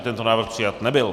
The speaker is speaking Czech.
Tento návrh přijat nebyl.